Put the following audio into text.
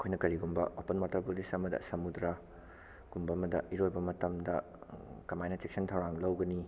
ꯑꯩꯈꯣꯏꯅ ꯀꯔꯤꯒꯨꯝꯕ open water bodies ꯑꯃꯗ ꯁꯃꯨꯗ꯭ꯔꯥ ꯒꯨꯝꯕ ꯑꯃꯗ ꯏꯔꯣꯏ ꯃꯇꯝꯗ ꯀꯃꯥꯏꯅ ꯆꯦꯛꯁꯤꯟ ꯊꯧꯔꯥꯡ ꯂꯧꯒꯅꯤ